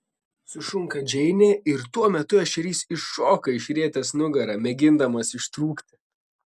sušunka džeinė ir tuo metu ešerys iššoka išrietęs nugarą mėgindamas ištrūkti